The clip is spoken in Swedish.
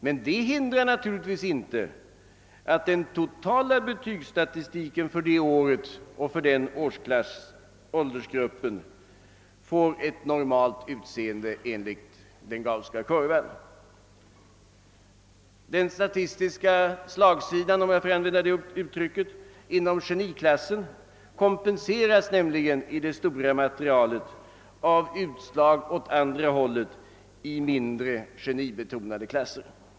Men det hindrar inte att den totala betygsstatistiken för året och för den åldersgruppen erhåller ett normalt utseende enligt den Gausska kurvan. Den statistiska slagsidan — om jag får använda det uttrycket — inom geniklassen kompenseras nämligen i det stora materialet av utslag åt andra hållet i mindre genibetonade klasser.